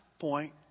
point